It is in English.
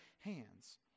hands